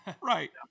right